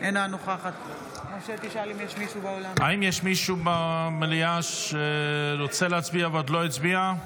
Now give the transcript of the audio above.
אינה נוכחת האם יש מישהו במליאה שרוצה להצביע ועוד לא הצביע?